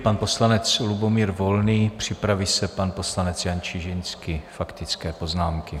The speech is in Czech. Pan poslanec Lubomír Volný, připraví se pan poslanec Jan Čižinský, faktické poznámky.